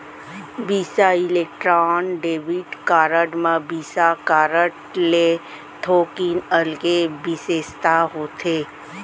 बिसा Electron debit card म Visa card ले थोकिन अलगे बिसेसता होथे